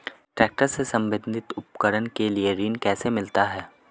Tractor से संबंधित उपकरण के लिए ऋण कैसे मिलता है?